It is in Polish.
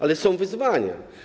Ale są wyzwania.